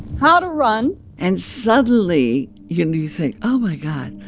how to run and suddenly, you know, you think, oh, my god.